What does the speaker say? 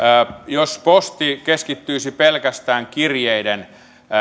jos posti keskittyisi pelkästään kirjeiden